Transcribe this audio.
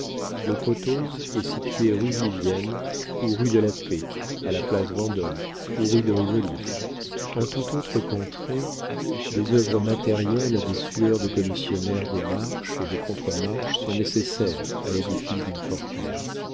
le potose est situé rue vivienne ou rue de la paix à la place vendôme ou de rivoli en toute autre contrée des œuvres matérielles des sueurs de commissionnaire des marches et des contre-marches sont nécessaires à l'édification d'une fortune